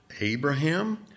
Abraham